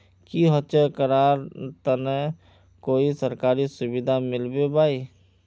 की होचे करार तने कोई सरकारी सुविधा मिलबे बाई?